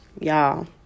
Y'all